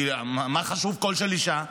כי מה חשוב קול של אישה?